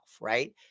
right